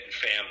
family